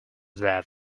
that